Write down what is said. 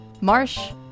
marsh